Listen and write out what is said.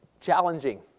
challenging